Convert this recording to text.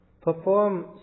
perform